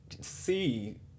see